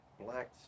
black